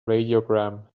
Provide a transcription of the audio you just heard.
radiogram